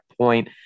point